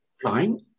flying